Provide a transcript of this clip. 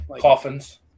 Coffins